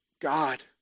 God